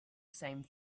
same